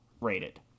rated